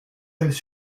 elles